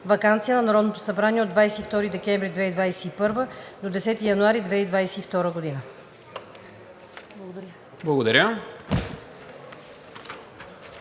ваканция на Народното събрание от 22 декември 2021 г. до 10 януари 2022 г.“ Благодаря.